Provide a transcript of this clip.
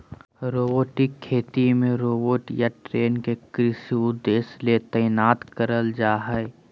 robotic खेती मे robot या ड्रोन के कृषि उद्देश्य ले तैनात करल जा हई